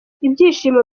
ibyishimo